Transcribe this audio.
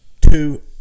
two